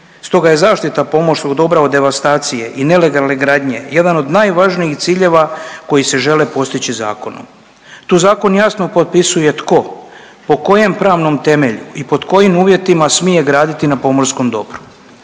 stoga je zaštita pomorskog dobra od devastacije i nelegalne gradnje jedan od najvažnijih ciljeva koji se žele postići zakonom. Tu zakon jasno potpisuje tko, po kojem pravnom temelju i pod kojim uvjetima smije graditi na pomorskom dobru.